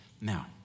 Now